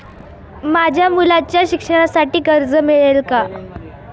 माझ्या मुलाच्या शिक्षणासाठी कर्ज मिळेल काय?